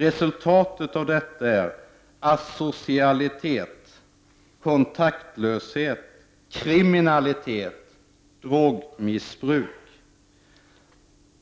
Resultatet av detta är asocialitet, kontaktlöshet, kriminalitet, drogmissbruk.